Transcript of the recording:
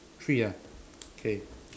three ah okay